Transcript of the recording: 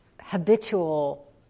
habitual